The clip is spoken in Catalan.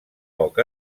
poc